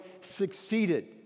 succeeded